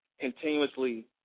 continuously